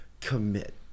commit